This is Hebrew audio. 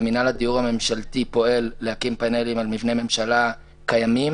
ומינהל הדיור הממשלתי פועל להקים פאנלים על מבני ממשלה קיימים.